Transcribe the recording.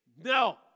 no